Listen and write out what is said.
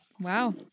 Wow